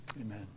amen